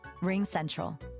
RingCentral